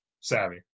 savvy